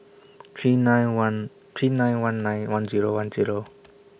three nine one three nine one nine one Zero one Zero